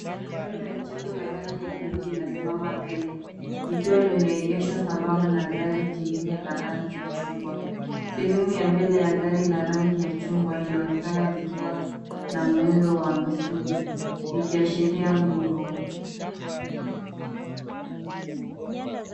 Gari la michezo la rangi ya bluu lina simama mbele, ikiwa limeegeshwa sambamba na gari jingine la rangi ya chungwa. Sehemu ya mbele ya gari la rangi ya chungwa inaonekana likiwa na muundo wa misuli likiashiria nguvu.